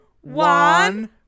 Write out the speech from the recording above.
one